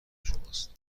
شماست